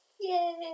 Yay